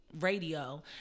Radio